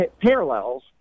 parallels